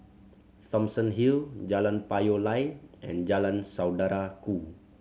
Thomson Hill Jalan Payoh Lai and Jalan Saudara Ku